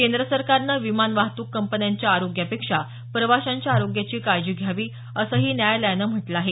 केंद्र सरकारनं विमान वाहतूक कंपन्यांच्या आरोग्यापेक्षा प्रवाशांच्या आरोग्याची काळजी घ्यावी असंही न्यायालयानं म्हटलं आहे